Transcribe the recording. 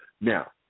now